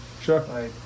Sure